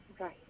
Right